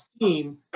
team